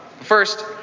First